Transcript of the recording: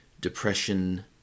Depression